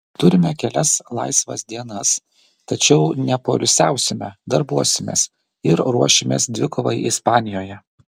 turime kelias laisvas dienas tačiau nepoilsiausime darbuosimės ir ruošimės dvikovai ispanijoje